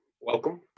Welcome